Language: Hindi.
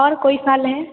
और कोई फल है